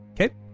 Okay